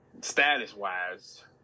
status-wise